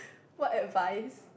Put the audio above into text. what advice